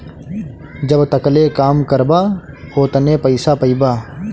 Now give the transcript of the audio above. जब तकले काम करबा ओतने पइसा पइबा